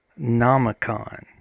Nomicon